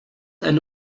eine